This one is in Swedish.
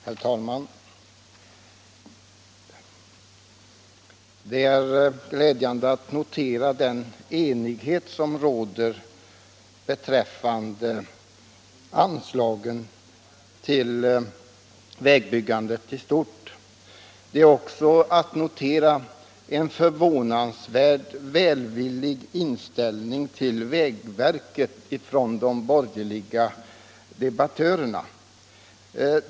Herr talman! Det är glädjande att notera den enighet som råder beträffande anslagen till vägbyggandet i stort. Det är också att notera en förvånansvärt välvillig inställning till vägverket hos de borgerliga debattörerna.